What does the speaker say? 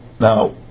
now